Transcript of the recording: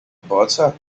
butter